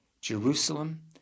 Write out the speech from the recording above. Jerusalem